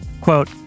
Quote